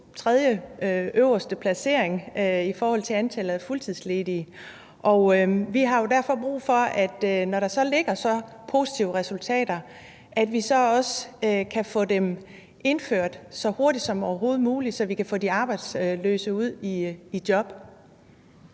tredjepladsen over antallet af fuldtidsledige, og vi har derfor brug for, at vi, når der så ligger så positive resultater, så også kan få dem indført så hurtigt som overhovedet muligt, så vi kan få de arbejdsløse ud i job.